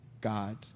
god